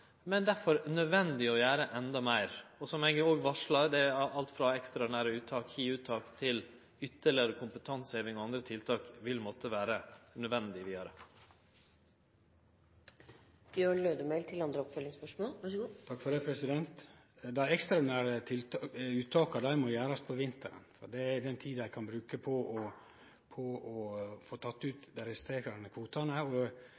Derfor er det nødvendig å gjere endå meir. Og som eg òg har varsla: Det gjeld alt frå ekstraordinære uttak, hiuttak, til ytterlegare kompetanseheving og andre tiltak som vil måtte vere nødvendige vidare. Dei ekstraordinære uttaka må gjerast om vinteren, for det er då ein kan få teke ut dei resterande kvotane. Her ser det ut som om det er lita framdrift. Derfor er eg